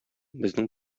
безнең